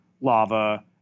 lava